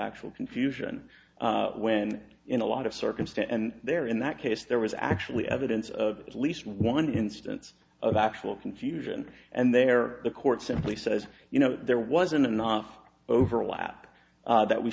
actual confusion when in a lot of circumstance and there in that case there was actually evidence of least one instance of actual confusion and there the court simply says you know there wasn't enough overlap that we